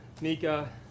Mika